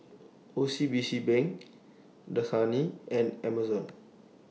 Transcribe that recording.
O C B C Bank Dasani and Amazon